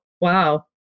wow